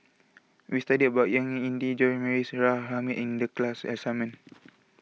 we studied about Ying E Ding John Morrice Hamid in the class assignment